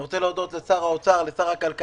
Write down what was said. אני רוצה להודות לשר האוצר, לשר הכלכלה,